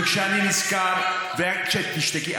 וכשאני נזכר, למה, סליחה, תשתקי.